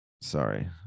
Sorry